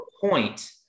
point